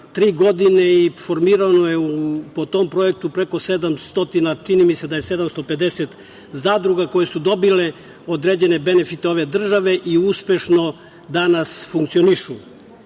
godine i formirano je po tom projektu preko 700, čini mi se da je 750, zadruga koje su dobile određene benefite ove države i uspešno danas funkcionišu.